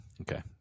Okay